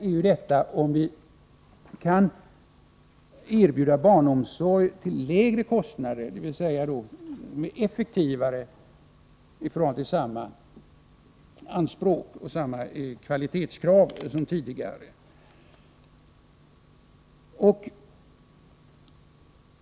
Vad det handlar om är att vi kan erbjuda barnomsorg till lägre kostnader, dvs. en effektivare barnomsorg, men utan att göra avkall på de anspråk och kvalitetskrav som gällt tidigare.